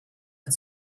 and